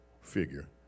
figure